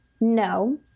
No